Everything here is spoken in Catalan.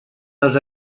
les